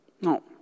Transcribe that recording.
No